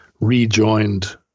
rejoined